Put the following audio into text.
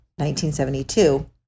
1972